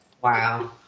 Wow